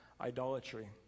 idolatry